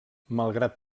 malgrat